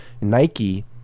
Nike